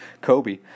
Kobe